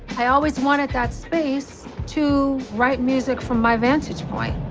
i always wanted that space to write music from my vantage point.